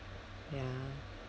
ya